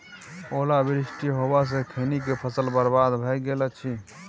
ओला वृष्टी होबा स खैनी के फसल बर्बाद भ गेल अछि?